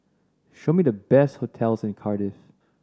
show me the best hotels in Cardiff